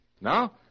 Now